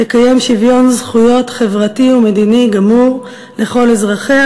"תקיים שוויון זכויות חברתי ומדיני גמור לכל אזרחיה,